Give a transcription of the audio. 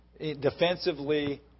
defensively